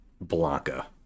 Blanca